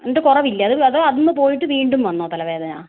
എന്നിട്ട് കുറവ് ഇല്ലേ അത് അന്ന് പോയിട്ട് വീണ്ടും വന്നോ തല വേദന